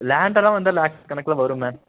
லேண்டெல்லாம் வந்தா லேக்ஸ் கணக்கில் வரும் மேம்